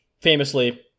Famously